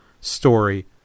story